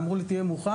אמרו לי: תהיה מוכן,